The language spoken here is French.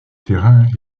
terrain